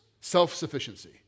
Self-sufficiency